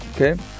Okay